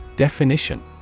Definition